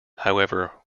however